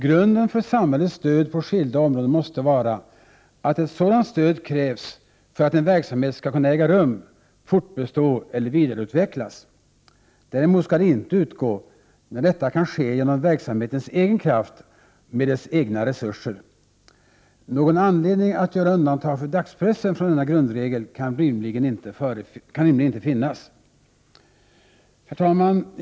Grunden för samhällets stöd på skilda områden måste vara att ett sådant stöd krävs för att en verksamhet skall kunna äga rum, fortbestå och vidareutvecklas. Däremot skall det inte utgå där detta kan ske genom verksamhetens egen kraft med dess egna resurser. Någon anledning att göra undantag för dagspressen från denna grundregel kan rimligen inte finnas. Herr talman!